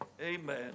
Amen